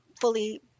fully